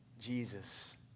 Jesus